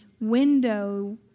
window